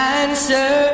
answer